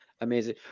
amazing